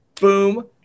Boom